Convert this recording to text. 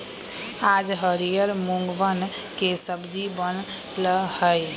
आज हरियर मूँगवन के सब्जी बन लय है